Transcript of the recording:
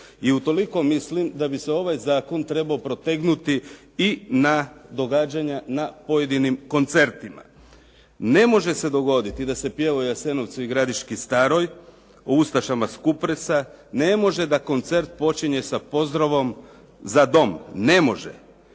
I utoliko mislim da bi se ovaj zakon trebao protegnuti i na događanja na pojedinim koncertima. Ne može se dogoditi da se pjeva o Jasenovcu i Gradiški staroj, o ustašama sa Kupresa, ne može da koncert počinje sa pozdravom za Dom. Ne može.